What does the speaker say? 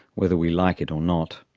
whether we like it or not.